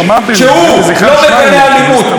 כשהוא לא מגנה אלימות?